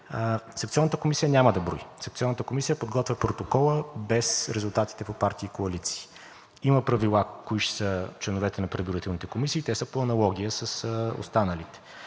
Секционната комисия няма да брои, секционната комисия подготвя протокола без резултатите по партии и коалиции. Има правила кои ще са членовете на преброителните комисии – те са по аналогия с останалите.